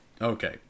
Okay